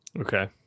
Okay